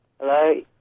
Hello